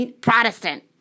Protestant